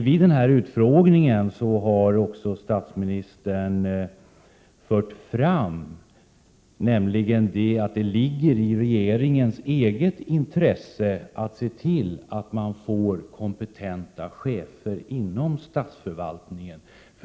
Vid utfrågningen förde statsministern fram att det ligger i regeringens eget intresse att få kompetenta chefer inom statsförvaltningen.